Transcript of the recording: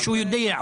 שהוא יודע,